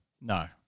No